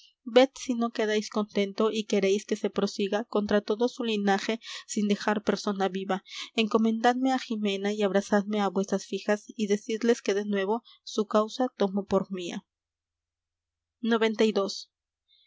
ved si no quedáis contento y queréis que se prosiga contra todo su linaje sin dejar persona viva encomendadme á jimena y abrazadme á vuesas fijas y decidles que de nuevo su causa tomo por mía